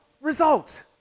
result